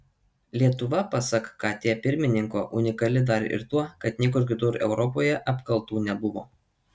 lietuva pasak kt pirmininko unikali dar ir tuo kad niekur kitur europoje apkaltų nebuvo